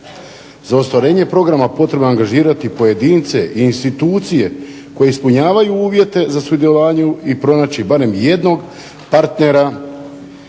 Za ostvarenje programa potrebno je angažirati pojedince i institucije koje ispunjavaju uvjete za sudjelovanje i pronaći barem jednog partnera